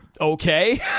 okay